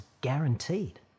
guaranteed